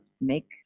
make